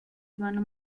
urbano